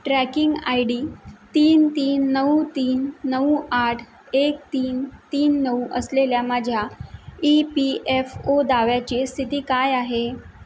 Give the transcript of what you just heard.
tracking I D तीन तीन नऊ तीन नऊ आठ एक तीन तीन नऊ असलेल्या माझ्या ई पी एफ ओ दाव्याची स्थिती काय आहे